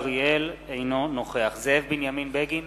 אינו נוכח זאב בנימין בגין,